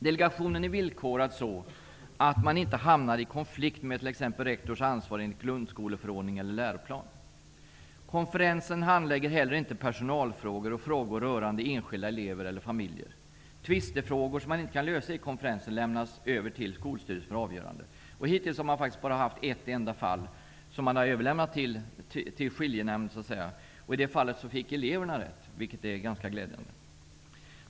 Delegationen är villkorad så, att man inte hamnar i konflikt med t.ex. rektors ansvar enligt grunskoleförordning eller läroplan. Konferensen handlägger inte heller personalfrågor och frågor rörande enskilda elever/familjer. Tvistefrågor som man inte kan lösa i konferensen lämnas över till skolstyrelsen för avgörande. Hittills har det faktiskt varit ett enda fall som man har överlämnat till skiljenämnd, och i det fallet fick eleverna rätt, vilket är ganska glädjande.